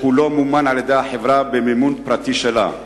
וכולו מומן על-ידי החברה במימון פרטי שלה.